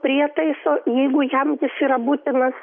prietaiso jeigu jam jis yra būtinas